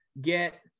get